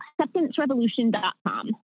acceptancerevolution.com